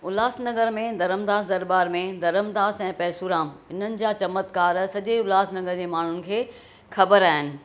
उल्हासनगर में धर्मदास दरबार में धर्मदास ऐं पेसूराम हिननि जा चमत्कार सॼे उल्हासनगर जे माण्हुनि खें ख़बर आहिनि